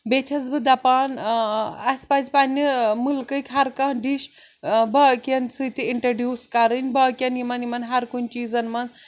بیٚیہِ چھَس بہٕ دَپان اَسہِ پَزِ پنٛنہِ مُلکٕکۍ ہَر کانٛہہ ڈِش باقیَن سۭتۍ تہِ اِنٹرٛڈیوٗس کَرٕنۍ باقٕیَن یِمَن یِمَن ہَر کُنہِ چیٖزَن منٛز